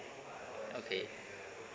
okay